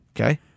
Okay